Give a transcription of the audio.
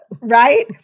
right